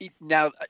Now